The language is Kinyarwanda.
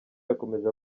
yakomeje